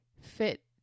fit